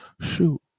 Shoot